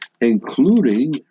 including